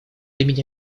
имени